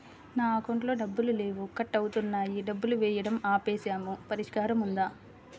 నా అకౌంట్లో డబ్బులు లేవు కట్ అవుతున్నాయని డబ్బులు వేయటం ఆపేసాము పరిష్కారం ఉందా?